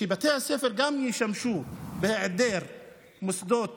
שבתי הספר, בהיעדר מוסדות